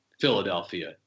Philadelphia